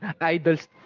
idols